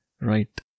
Right